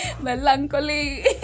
melancholy